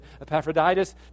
Epaphroditus